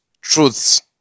truths